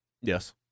Yes